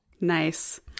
Nice